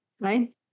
right